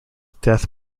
death